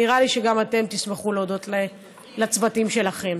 נראה לי שגם אתם תשמחו להודות לצוותים שלכם.